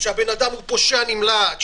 כשבן אדם הוא פושע נמלט,